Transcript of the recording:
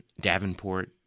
Davenport